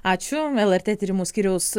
ačiū lrt tyrimų skyriaus